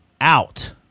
Out